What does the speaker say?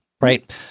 right